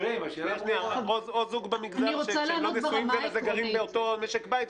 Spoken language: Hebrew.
או זוג במגזר שאינם נשואים וגרים באותו משק בית.